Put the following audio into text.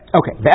okay